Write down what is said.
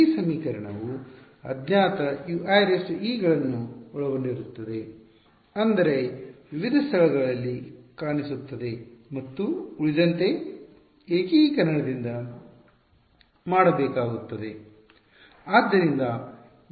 ಈ ಸಮೀಕರಣವು ಅಜ್ಞಾತ Uie ಗಳನ್ನು ಒಳಗೊಂಡಿರುತ್ತದೆ ಅಂದರೆ ವಿವಿಧ ಸ್ಥಳಗಳಲ್ಲಿ ಕಾಣಿಸುತ್ತದೆ ಮತ್ತು ಉಳಿದಂತೆ ಏಕೀಕರಣ ದಿಂದ ಮಾಡಬೇಕಾಗುತ್ತದೆ